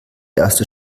erste